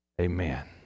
Amen